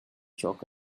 chalk